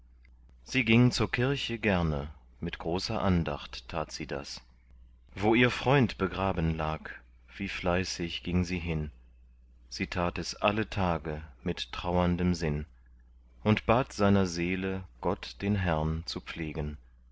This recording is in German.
sie ging zur kirche gerne mit großer andacht tat sie das wo ihr freund begraben lag wie fleißig ging sie hin sie tat es alle tage mit trauerndem sinn und bat seiner seele gott den herrn zu pflegen